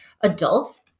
adults